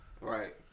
Right